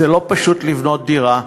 זה לא פשוט לבנות דירה,